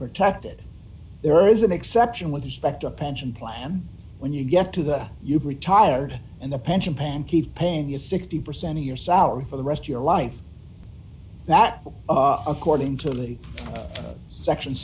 protected there is d an exception with respect to a pension plan when you yet to that you've retired and the pension plan keep paying you a sixty percent of your salary for the rest your life that according to the section